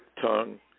tongue